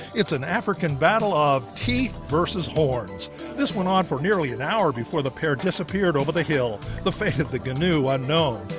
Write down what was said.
it's an african battle of teeth versus hornsthis went on for nearly an hour before the pair disappeared over the hill, the fate of the gnu unknown.